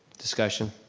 discussion,